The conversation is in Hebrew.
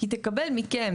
היא תקבל מכם,